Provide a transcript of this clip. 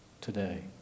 today